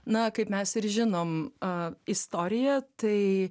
na kaip mes ir žinom a istorija tai